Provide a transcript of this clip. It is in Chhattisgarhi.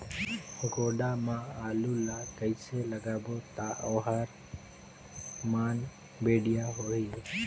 गोडा मा आलू ला कइसे लगाबो ता ओहार मान बेडिया होही?